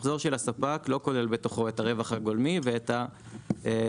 שלא כולל בתוכו את הרווח הגולמי ואת המע"מ.